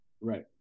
Right